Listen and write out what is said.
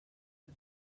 its